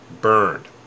burned